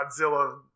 Godzilla